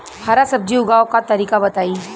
हरा सब्जी उगाव का तरीका बताई?